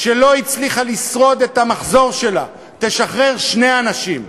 שלא הצליחה לשרוד את המחזור שלה תשחרר שני אנשים,